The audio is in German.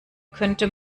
könnte